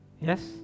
Yes